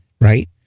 right